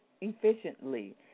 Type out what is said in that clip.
efficiently